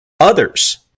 others